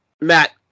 Matt